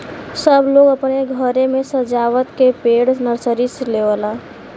सब लोग अपने घरे मे सजावत के पेड़ नर्सरी से लेवला